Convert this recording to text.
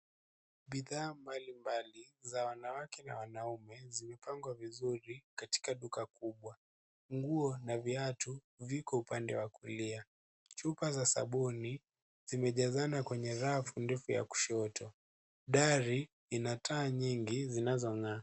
Bidhaa mbalimbali za wanawake na wanaume, zimepangwa vizuri katika duka kubwa. Nguo na viatu viko upande wa kulia. Chupa za sabuni zimejazana kwenye rafu ndefu ya kushoto. Dari ina taa nyingi zinazong'aa.